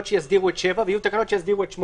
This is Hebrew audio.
שיסדירו את 7 ויהיו תקנות שיסדירו את 8,